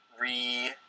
Re